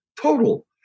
total